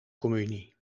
communie